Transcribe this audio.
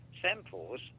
samples